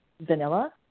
vanilla